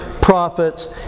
prophets